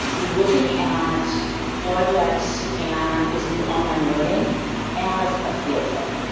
looking at projects and this new online learning as a field trip.